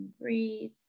breathe